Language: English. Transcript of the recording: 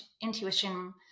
intuition